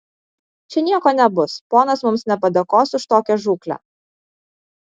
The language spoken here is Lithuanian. čia nieko nebus ponas mums nepadėkos už tokią žūklę